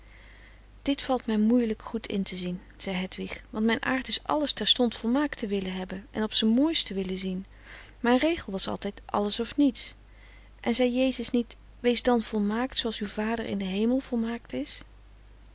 dit valt mij moeielijk goed in te zien zei hedwig want mijn aard is alles terstond volmaakt te willen hebben en op z'n mooist te willen zien mijn regel frederik van eeden van de koele meren des doods was altijd alles of niets en zei jezus niet weest dan volmaakt zooals uw vader in den hemel volmaakt is